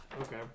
Okay